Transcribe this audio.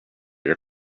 your